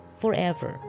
forever